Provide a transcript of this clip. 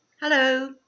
Hello